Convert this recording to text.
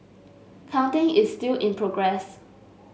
counting is still in progress